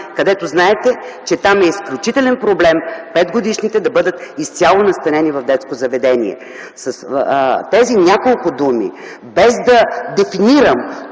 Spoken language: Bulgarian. където знаете, че е изключителен проблем 5-годишните да бъдат изцяло настанени в детско заведение. С тези няколко думи, без да дефинирам